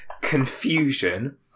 confusion